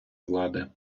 влади